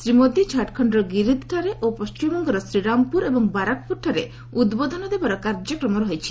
ଶ୍ରୀ ମୋଦି ଝାଡ଼ଖଣ୍ଡର ଗିରିଧ୍ଠାରେ ଓ ପଶ୍ଚିମବଙ୍ଗର ଶ୍ରୀରାମପୁର ଏବଂ ବାରାକପ୍ରରଠାରେ ଭଦ୍ବୋଧନ ଦେବାର କାର୍ଯ୍ୟକ୍ମ ରହିଛି